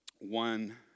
one